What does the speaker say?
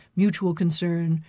mutual concern,